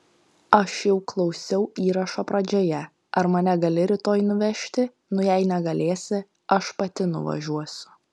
aš jau klausiau įrašo pradžioje ar mane gali rytoj nuvežti nu jei negalėsi aš pati nuvažiuosiu